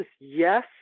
yes